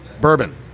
bourbon